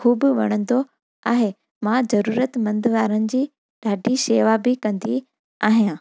ख़ूबु वणंदो आहे मां ज़रूरतमंद वारनि जी ॾाढी शेवा बि कंदी आहियां